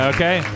Okay